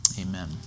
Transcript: Amen